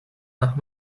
nach